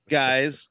guys